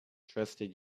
trusted